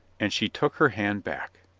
and she took her hand back.